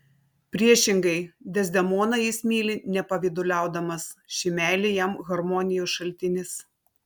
priešingai dezdemoną jis myli nepavyduliaudamas ši meilė jam harmonijos šaltinis